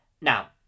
Now